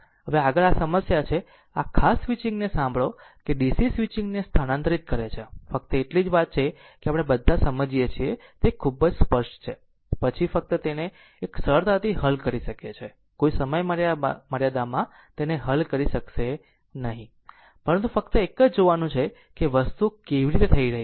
હવે આગળ આ સમસ્યા છે આ ખાસ સ્વિચિંગને સાંભળો કે DC સ્વિચિંગ વસ્તુને સ્થાનાંતરિત કરે છે ફક્ત એટલી જ વાત છે કે આપણે બધા સમજીએ છીએ તે ખૂબ સ્પષ્ટ છે પછી ફક્ત એક જ તેને સરળતાથી હલ કરી શકે છે કોઈ સમયમર્યાદામાં તેને હલ કરી શકશે નહીં પરંતુ ફક્ત એક જ જોવાનું છે કે વસ્તુઓ કેવી રીતે થઈ રહી છે